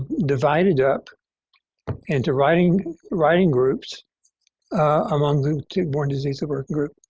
divided up into writing writing groups among tick-borne disease of our group,